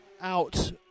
out